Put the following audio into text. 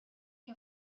che